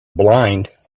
blind